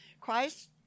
christ